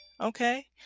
okay